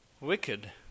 wicked